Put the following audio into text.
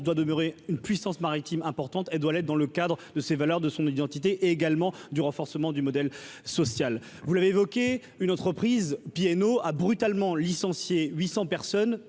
doit demeurer une puissance maritime importante et doit l'être dans le cadre de ces valeurs de son identité également du renforcement du modèle social, vous l'avez évoqué une entreprise piano a brutalement licencié 800 personnes